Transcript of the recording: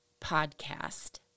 podcast